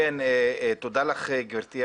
תודה רבה.